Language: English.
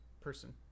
person